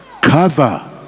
cover